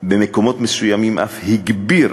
ובמקומות מסוימים אף הגביר